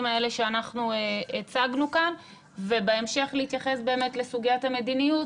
האלה שאנחנו הצגנו כאן ובהמשך להתייחס באמת לסוגיית המדיניות,